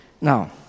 Now